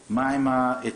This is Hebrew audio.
18:00 מה עם הצום?